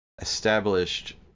established